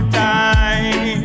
time